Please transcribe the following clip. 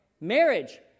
marriage